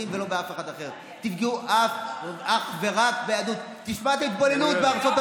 שהילדים שלך יתחתנו עם מי שאינם יהודים על פי ההלכה,